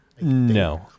No